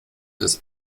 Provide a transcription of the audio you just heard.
des